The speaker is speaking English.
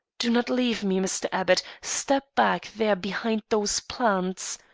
do not leave me, mr. abbott step back there behind those plants.